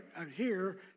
adhere